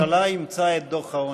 הממשלה אימצה את דוח העוני.